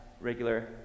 regular